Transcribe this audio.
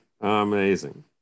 Amazing